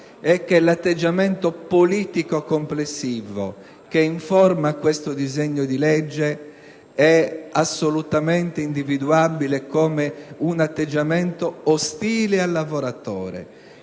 è che l'atteggiamento politico complessivo che informa questo disegno di legge è assolutamente individuabile come un atteggiamento ostile al lavoratore.